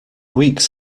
weeks